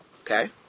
Okay